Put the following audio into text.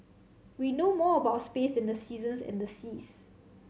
we know more about space than the seasons and the seas